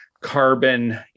carbon